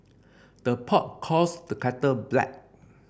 the pot calls the kettle black